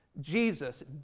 Jesus